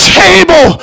table